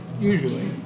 usually